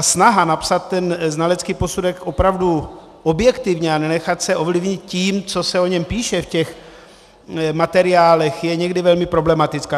snaha napsat znalecký posudek opravdu objektivně a nenechat se ovlivnit tím, co se o něm píše v těch materiálech, je někdy velmi problematická.